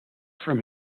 from